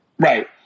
Right